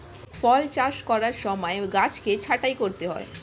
ফল চাষ করার সময় গাছকে ছাঁটাই করতে হয়